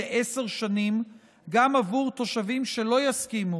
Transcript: לעשר שנים גם עבור תושבים שלא יסכימו